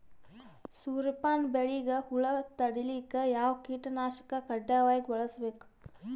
ಸೂರ್ಯಪಾನ ಬೆಳಿಗ ಹುಳ ತಡಿಲಿಕ ಯಾವ ಕೀಟನಾಶಕ ಕಡ್ಡಾಯವಾಗಿ ಬಳಸಬೇಕು?